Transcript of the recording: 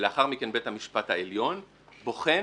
ולאחר מכן בית המשפט העליון, בוחן